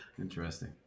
interesting